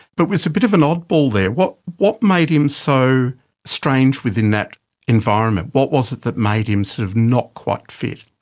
but was a bit of an oddball there. what what made him so strange within that environment? what was it that made him sort of not quite fit?